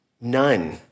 None